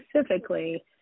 specifically